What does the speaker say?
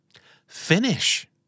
Finish